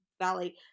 Valley